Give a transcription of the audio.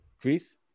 Chris